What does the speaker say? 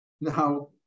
now